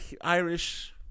Irish